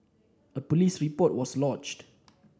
a police report was lodged